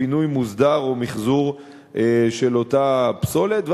פינוי מוסדר או מיחזור של אותה פסולת.